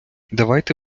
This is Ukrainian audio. давайте